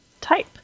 type